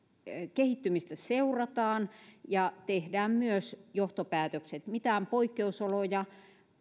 kehittymistä seurataan ja tehdään myös johtopäätökset mitään poikkeusoloja